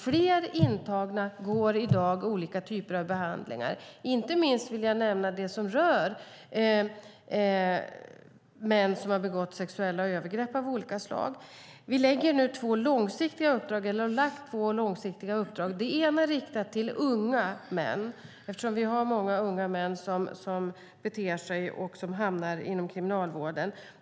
Fler intagna går i dag i olika typer av behandlingar, och inte minst vill jag nämna det som rör män som har begått sexuella övergrepp av olika slag. Vi har nu lagt två långsiktiga uppdrag, och det ena är riktat till unga män, eftersom många unga män beter sig och hamnar inom Kriminalvården.